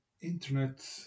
internet